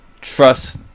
trust